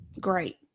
great